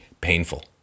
painful